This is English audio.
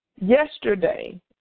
yesterday